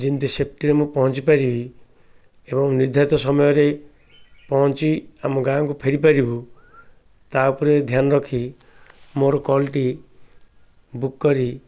ଯେମିତି ସେଫ୍ଟିରେ ମୁଁ ପହଞ୍ଚି ପାରିବି ଏବଂ ନିର୍ଦ୍ଧାରିତ ସମୟରେ ପହଁଞ୍ଚି ଆମ ଗାଁକୁ ଫେରି ପାରିବୁ ତା' ଉପରେ ଧ୍ୟାନ ରଖି ମୋର କଲ୍ଟି ବୁକ୍ କରି